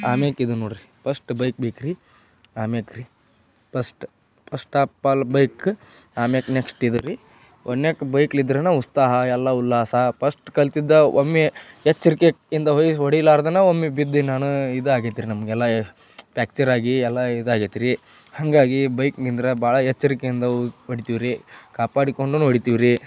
ಆಮೇಲ್ ಇದು ನೋಡಿರಿ ಪಸ್ಟ್ ಬೈಕ್ ಬೇಕ್ರೀ ಆಮೇಲ್ ರೀ ಪಸ್ಟ್ ಪಸ್ಟ್ ಆಪ್ ಆಲ್ ಬೈಕ್ ಆಮೇಲ್ ನೆಕ್ಸ್ಟ್ ಇದು ರೀ ಒನ್ಯಾಕ್ ಬೈಕ್ಲಿದ್ರೇನೆ ಉತ್ಸಾಹ ಎಲ್ಲ ಉಲ್ಲಾಸ ಪಸ್ಟ್ ಕಲ್ತಿದ್ದು ಒಮ್ಮೆ ಎಚ್ಚರಿಕೆಯಿಂದ ಹೊಡಿಲಾರ್ದೆ ಒಮ್ಮೆ ಬಿದ್ದು ನಾನು ಇದಾಗೈತ್ರಿ ನಮಗೆಲ್ಲ ಪ್ಯಾಕ್ಚರಾಗಿ ಎಲ್ಲ ಇದಾಗೈತೆ ರೀ ಹಾಗಾಗಿ ಬೈಕ್ನಿಂದ ಭಾಳ ಎಚ್ಚರಿಕೆಯಿಂದ ಹೊಡಿತೀವ್ ರೀ ಕಾಪಾಡಿಕೊಂಡೂ ಹೊಡಿತೀವ್ ರೀ